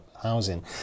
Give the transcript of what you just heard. housing